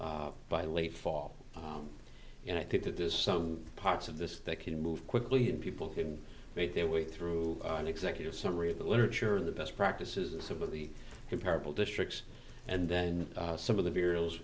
the late fall and i think that there's some parts of this that can move quickly and people can make their way through an executive summary of the literature and the best practices of some of the comparable districts and then some of the b